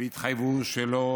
והתחייבו שלא